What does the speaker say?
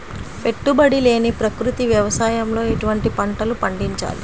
పెట్టుబడి లేని ప్రకృతి వ్యవసాయంలో ఎటువంటి పంటలు పండించాలి?